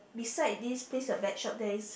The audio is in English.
beside this place your bet shop there is